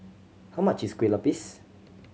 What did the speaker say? how much is Kuih Lopes